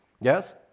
Yes